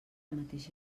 mateixa